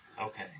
Okay